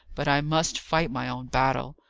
but i must fight my own battle.